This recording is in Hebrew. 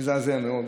מזעזע מאוד.